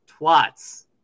TWATS